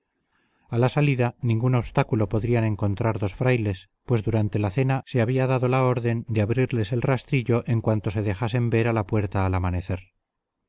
a la salida ningún obstáculo podrían encontrar dos frailes pues durante la cena se había dado la orden de abrirles el rastrillo en cuanto se dejasen ver a la puerta al amanecer